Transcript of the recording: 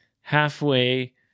halfway